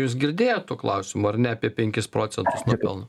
jūs girdėjot klausimą ar ne apie penkis procentus pelno